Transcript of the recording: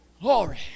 Glory